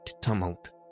tumult